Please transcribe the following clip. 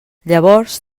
llavors